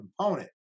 component